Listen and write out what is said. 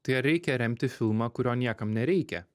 tai ar reikia remti filmą kurio niekam nereikia